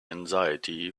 anxiety